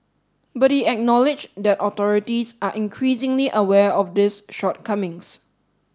but he acknowledged that authorities are increasingly aware of these shortcomings